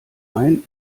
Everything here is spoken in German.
ein